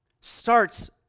starts